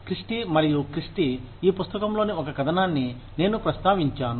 క్రిష్టి మరియు క్రిష్టి ఈ పుస్తకంలోని ఒక కథనాన్ని నేను ప్రస్తావించాను